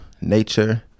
nature